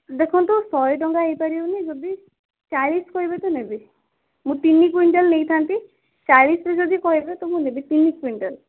ଦେଖନ୍ତୁ ଶହେ ଟଙ୍କା ହେଇପାରିବନି ଯଦି ଚାଳିଶ କହିବେ ତ ନେବି ମୁଁ ତିନି କୁଇଣ୍ଟାଲ ନେଇଥାନ୍ତି ଚାଳିଶରେ ଯଦି କହିବେ ତ ମୁଁ ନେବି ତିନି କୁଇଣ୍ଟାଲ